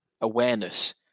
awareness